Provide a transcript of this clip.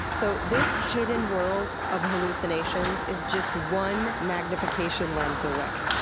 so this hidden world of hallucinations is just one magnification lens away.